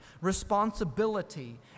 responsibility